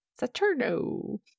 saturno